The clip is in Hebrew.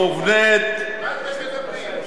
מובנית, מה אתם מדברים?